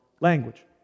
language